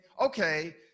okay